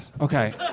Okay